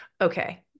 Okay